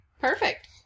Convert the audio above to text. perfect